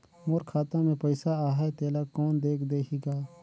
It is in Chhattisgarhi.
मोर खाता मे पइसा आहाय तेला कोन देख देही गा?